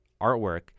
artwork